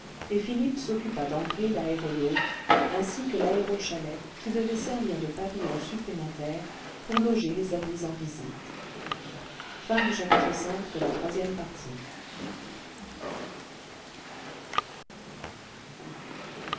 et philippe s'occupa d'ancrer laéro yacht ainsi que i'aérochalet qui devait servir de pavillon supplémentaire pour loger les amis en visite